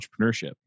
entrepreneurship